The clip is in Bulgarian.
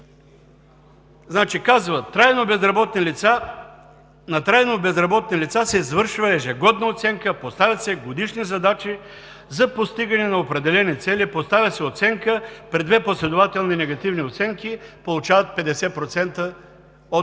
Казват: на трайно безработни лица се извършва ежегодна оценка, поставят се годишни задачи за постигане на определени цели, поставя се оценка, при две последователни негативни оценки получават 50% от